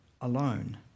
alone